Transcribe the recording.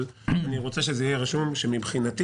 אבל אני רוצה שיהיה רשום שמבחינתי